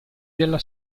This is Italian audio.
della